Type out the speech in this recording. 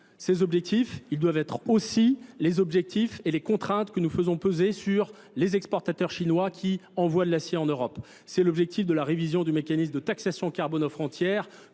Ces objectifs, ils doivent être aussi les objectifs et les contraintes que nous faisons peser sur les exportateurs chinois qui envoient de l'acier en Europe. C'est l'objectif de la révision du mécanisme de taxation carbone aux frontières